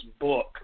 book